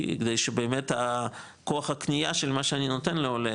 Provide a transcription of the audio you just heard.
כי כדי שבאמת הכוח הקנייה של מה שאני נותן לעולה,